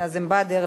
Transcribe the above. נאזם באדר,